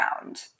ground